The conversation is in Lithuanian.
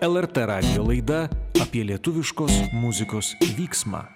lrt radijo laida apie lietuviškos muzikos vyksmą